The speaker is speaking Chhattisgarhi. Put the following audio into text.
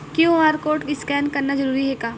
क्यू.आर कोर्ड स्कैन करना जरूरी हे का?